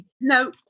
no